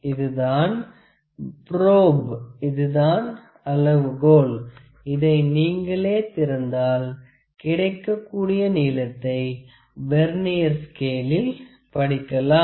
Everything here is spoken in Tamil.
இதுதான் ப்ரோப் இதுதான் அளவுகோல் இதை நீங்களே திறந்தாள் கிடைக்கக்கூடிய நீளத்தை வெர்னியர் ஸ்கேளில் படிக்கலாம்